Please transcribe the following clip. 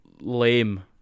lame